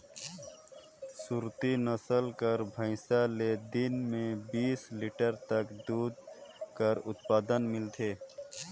सुरती नसल कर भंइस ले दिन में बीस लीटर तक दूद कर उत्पादन मिलथे